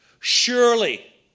surely